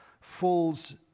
falls